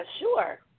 sure